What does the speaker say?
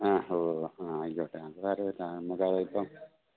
ആ ഉവ്വ ഉവ്വ ആ ആയിക്കോട്ടെ അത് സാരമില്ല നമുക്കതിപ്പം